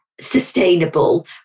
sustainable